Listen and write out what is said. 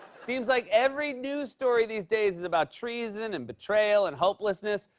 seems like every news story these days is about treason and betrayal and helplessness,